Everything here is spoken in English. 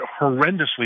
horrendously